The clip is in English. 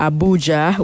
Abuja